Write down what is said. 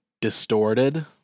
distorted